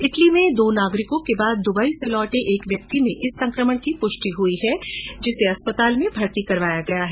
Italy के दो नागरिकों के बाद द्बई से लौटे एक व्यक्ति में इस संक्रमण की पृष्टि हई है जिसे अस्पताल में भर्ती कराया गया है